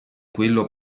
quello